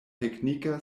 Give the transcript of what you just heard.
teknika